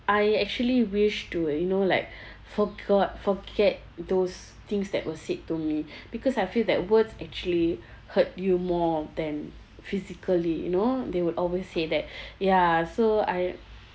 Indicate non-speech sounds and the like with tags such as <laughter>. I actually wish to you know like forgot forget those things that were said to me because I feel that words actually hurt you more than physically you know they would always say that <breath> ya so I